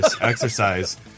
exercise